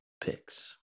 Picks